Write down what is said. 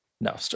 No